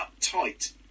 uptight